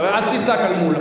אז תצעק על מולה.